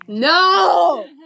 No